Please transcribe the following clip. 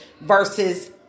versus